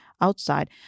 outside